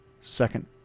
second